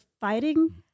fighting